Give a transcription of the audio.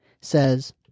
says